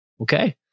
Okay